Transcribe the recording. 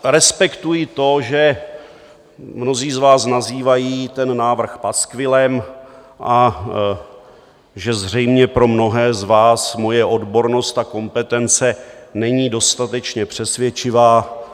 Respektuji to, že mnozí z vás nazývají ten návrh paskvilem a že zřejmě pro mnohé z vás moje odbornost a kompetence nejsou dostatečně přesvědčivé.